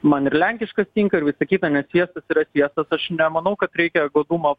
man ir lenkiškas tinka ir visa kita nes sviestas yra svietas aš nemanau kad reikia godumo